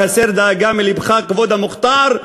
תדאג, הסר דאגה מלבך, כבוד המוכתר,